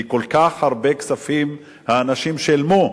כי כל כך הרבה כספים האנשים שילמו,